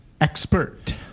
expert